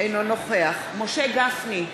אינו נוכח משה גפני,